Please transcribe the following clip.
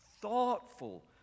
thoughtful